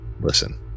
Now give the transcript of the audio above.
listen